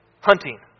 hunting